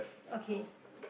okay